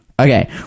Okay